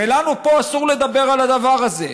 לנו פה אסור לדבר על הדבר הזה.